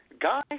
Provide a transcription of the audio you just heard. Guy